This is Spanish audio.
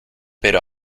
pero